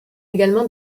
également